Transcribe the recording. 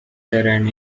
terrain